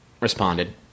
responded